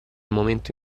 momento